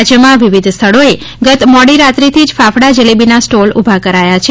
રાજ્યમાં વિવિધ સ્થળોએ ગત મોડી રાત્રીથી જ ઠેરઠેર ફાફડા જલેબીના સ્ટોલ ઊભા કરાયા છે